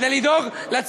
אתה